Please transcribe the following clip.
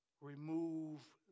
Remove